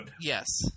yes